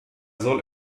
soll